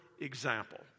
example